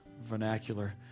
vernacular